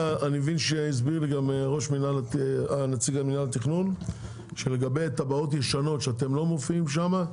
הסביר לי נציג מינהל התכנון שלגבי תב"עות ישנות שאתם לא מופיעים שם,